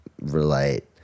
relate